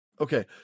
Okay